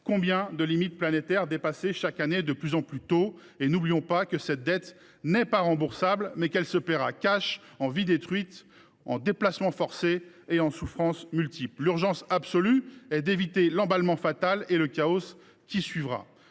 Combien de limites planétaires ont été dépassées chaque année de plus en plus tôt ? N’oublions pas que cette dette n’est pas remboursable : elle se paiera cash en vies détruites, en déplacements forcés, en souffrances multiples. L’urgence absolue est d’éviter l’emballement fatal et le chaos qui suivra.